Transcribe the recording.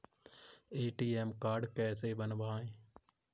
ATM card कैसे बनवाएँ?